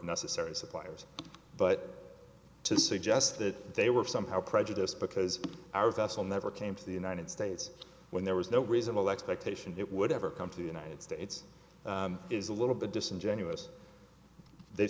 necessary suppliers but to suggest that they were somehow prejudice because our vessel never came to the united states when there was no reasonable expectation it would ever come to the united states is a little bit disingenuous they